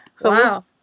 Wow